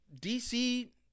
DC